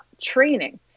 training